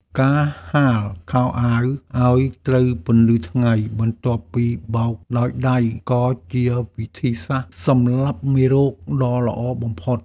ការហាលខោអាវឱ្យត្រូវពន្លឺថ្ងៃបន្ទាប់ពីបោកដោយដៃក៏ជាវិធីសាស្ត្រសម្លាប់មេរោគដ៏ល្អបំផុត។